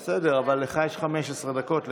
בסדר, אבל לך יש 15 דקות.